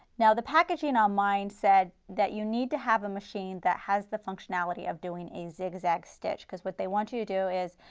now the packaging on and um mine said, that you need to have a machine that has the functionality of doing a zigzag stitch, because what they want you to do is,